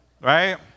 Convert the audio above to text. right